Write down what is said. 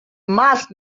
must